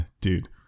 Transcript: dude